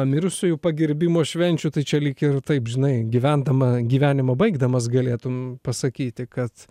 mirusiųjų pagerbimo švenčių tai čia lyg ir taip žinai gyvendama gyvenimą baigdamas galėtum pasakyti kad